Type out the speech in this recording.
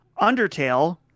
Undertale